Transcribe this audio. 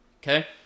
okay